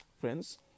Friends